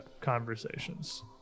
conversations